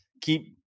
keep